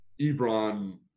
Ebron